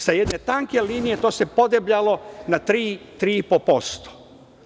Sa jedne tanke linije to se podebljalo na 3-3,5%